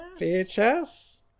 VHS